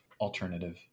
alternative